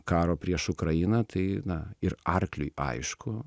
karo prieš ukrainą tai na ir arkliui aišku